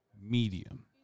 Medium